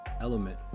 element